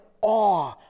awe